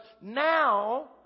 now